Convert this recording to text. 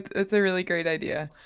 it's a really great idea.